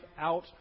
out